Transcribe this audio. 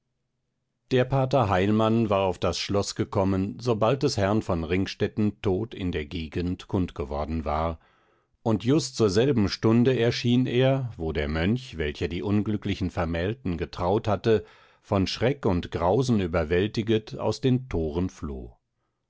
der pater heilmann war auf das schloß gekommen sobald des herrn von ringstetten tod in der gegend kundgeworden war und just zur selben stunde erschien er wo der mönch welcher die unglücklichen vermählten getraut hatte von schreck und grausen überwältiget aus den toren floh